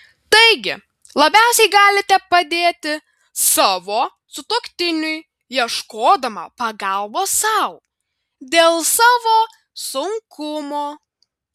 taigi labiausiai galite padėti savo sutuoktiniui ieškodama pagalbos sau dėl savo sunkumo